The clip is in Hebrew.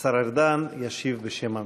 השר ארדן ישיב בשם הממשלה.